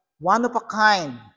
one-of-a-kind